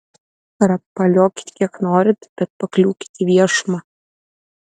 rapaliokit kiek norit bet pakliūkit į viešumą